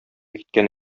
киткән